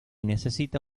necesita